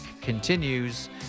continues